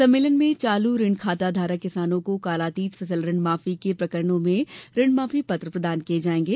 सम्मेलन में चालू ऋण खाता धारक किसानों को कालातीत फसल ऋण माफी के प्रकरणों में ऋण माफी पत्र प्रदान किये जाएंगे